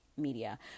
media